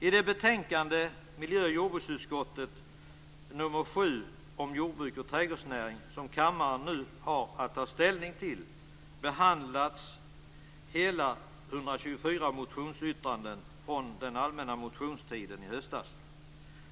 I betänkande 7 från miljö och jordbruksutskottet om jordbruk och trädgårdsnäring, som kammaren nu har att ta ställning till, behandlas hela 124 motionsyttranden från den allmänna motionstiden i höstas.